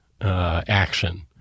action